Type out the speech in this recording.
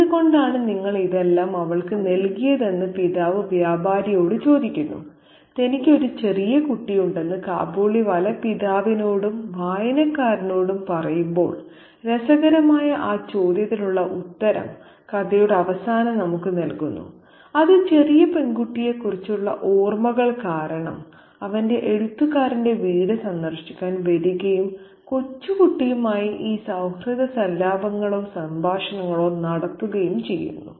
എന്തുകൊണ്ടാണ് നിങ്ങൾ ഇതെല്ലാം അവൾക്ക് നൽകിയതെന്ന് പിതാവ് വ്യാപാരിയോട് ചോദിക്കുന്നു തനിക്ക് ഒരു ചെറിയ കുട്ടിയുണ്ടെന്ന് കാബൂളിവാല പിതാവിനോടും വായനക്കാരോടും പറയുമ്പോൾ രസകരമായ ആ ചോദ്യത്തിനുള്ള ഉത്തരം കഥയുടെ അവസാനം നമുക്ക് നൽകുന്നു അത് ചെറിയ പെൺകുട്ടിയെക്കുറിച്ചുള്ള ഓർമ്മകൾ കാരണം അവൻ എഴുത്തുകാരന്റെ വീട് സന്ദർശിക്കാൻ വരികയും കൊച്ചുകുട്ടിയുമായി ഈ സൌഹൃദ സല്ലാപങ്ങളോ സംഭാഷണങ്ങളോ നടത്തുകയും ചെയ്യുന്നു